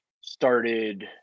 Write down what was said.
started